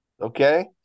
Okay